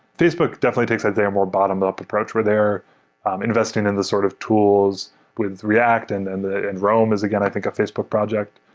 facebook definitely takes that they're more bottom-up approach, where they're investing in the sort of tools with react, and and and rome is again i think a facebook project.